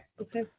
Okay